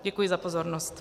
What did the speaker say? Děkuji za pozornost.